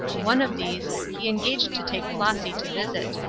one of these, he engaged to take flossy to visit.